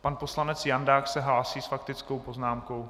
Pan poslanec Jandák se hlásí s faktickou poznámkou?